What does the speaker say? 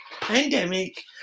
pandemic